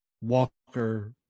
Walker